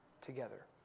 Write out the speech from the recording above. together